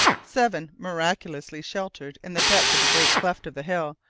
seven, miraculously sheltered in the depth of a great cleft of the hill,